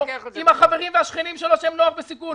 עם החברים והשכנים שלו שהם נוער בסיכון.